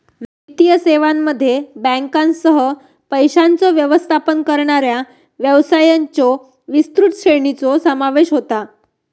वित्तीय सेवांमध्ये बँकांसह, पैशांचो व्यवस्थापन करणाऱ्या व्यवसायांच्यो विस्तृत श्रेणीचो समावेश होता